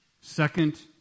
Second